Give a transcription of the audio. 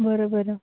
बरं बरं